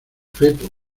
feto